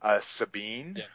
Sabine